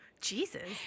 Jesus